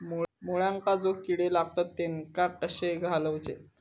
मुळ्यांका जो किडे लागतात तेनका कशे घालवचे?